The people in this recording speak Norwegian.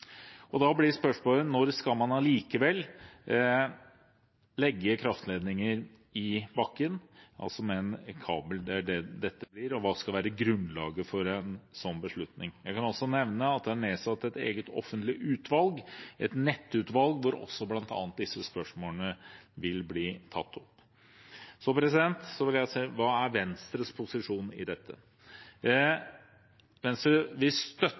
Da blir spørsmålet: Når skal man allikevel legge kraftledninger i bakken, altså med kabel, slik det blir her, og hva skal være grunnlaget for en sånn beslutning? Jeg kan også nevne at det er nedsatt et eget offentlig utvalg, et nettutvalg, hvor bl.a. disse spørsmålene vil bli tatt opp. Så vil jeg si litt om hva som er Venstres posisjon her. Venstre